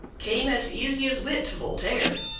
came as easy as wit to voltaire.